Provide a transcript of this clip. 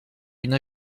une